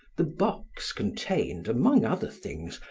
the box contained, among other things,